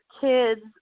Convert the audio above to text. kids